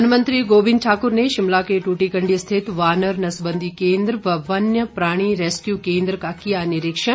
one मंत्री गोविंद ठाकुर ने शिमला के टूटीकंडी स्थित वानर नसबंदी केंद्र व वन्य प्राणी रेसक्यू केंद्र का किया निरीक्षण